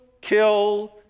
kill